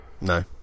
No